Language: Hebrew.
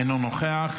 אינו נוכח,